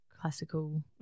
classical